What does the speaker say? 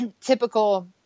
typical